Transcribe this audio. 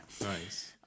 nice